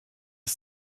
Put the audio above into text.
des